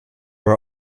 were